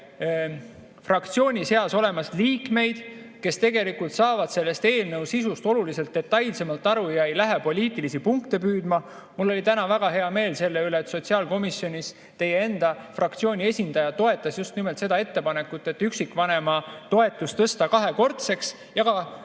kes saavad selle eelnõu sisust oluliselt detailsemalt aru ega lähe poliitilisi punkte püüdma. Mul oli täna väga hea meel selle üle, et sotsiaalkomisjonis teie enda fraktsiooni esindaja toetas just nimelt ettepanekut tõsta üksikvanema toetus kahekordseks.